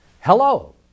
Hello